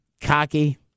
cocky